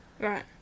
Right